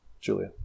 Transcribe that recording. Julia